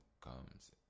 comes